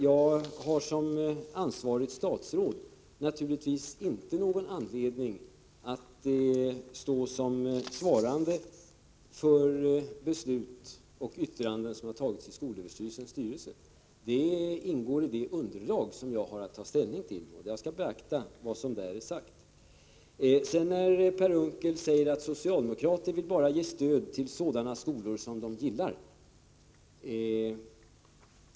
Jag har som ansvarigt statsråd naturligtvis inte någon anledning att stå som svarande för beslut och yttranden i skolöverstyrelsens styrelse. De ingår i det underlag som jag har att ta ställning till, och jag skall beakta vad som där är sagt. Per Unckel säger att socialdemokrater bara vill ge stöd till sådana skolor som de gillar.